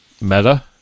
Meta